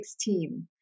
team